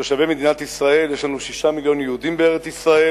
לתושבי מדינת ישראל: יש לנו 6 מיליוני יהודים בארץ-ישראל,